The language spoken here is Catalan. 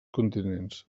continents